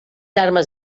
armes